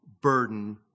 burden